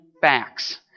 facts